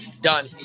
done